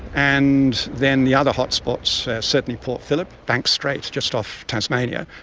and then the other hotspots, certainly port phillip, banks strait just off tasmania,